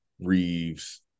Reeves